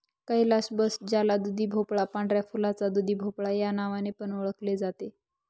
calabash ज्याला दुधीभोपळा, पांढऱ्या फुलाचा दुधीभोपळा या नावाने पण ओळखले जाते